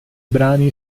brani